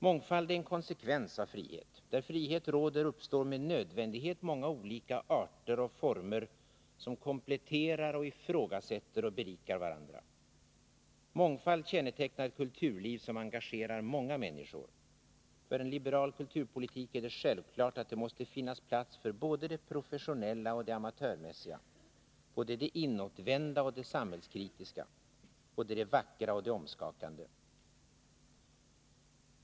Mångfald är en konsekvens av frihet. Där frihet råder uppstår med nödvändighet många olika arter och former, som kompletterar, ifrågasätter och berikar varandra. Mångfald kännetecknar ett kulturliv som engagerar många människor. För en liberal kulturpolitik är det självklart att det måste finnas plats för både det professionella och det amatörmässiga, både det inåtvända och det samhällskritiska, både det vackra och det omskakande.